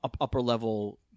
upper-level